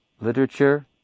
literature